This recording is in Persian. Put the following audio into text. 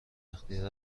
اختیار